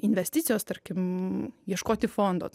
investicijos tarkim ieškoti fondo